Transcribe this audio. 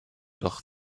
doch